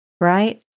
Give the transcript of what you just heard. right